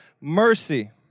mercy